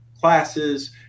classes